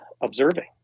observing